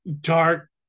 dark